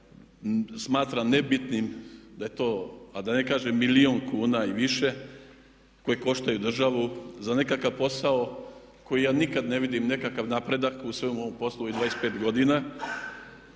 smatra nebitnim, da je to, a da ne kažem milijun kuna i više koje koštaju državu za nekakav posao koji ja nikad ne vidim nekakav napredak u svem ovom poslu, u ovih 25 godina.